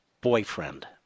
boyfriend